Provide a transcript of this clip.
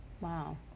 wow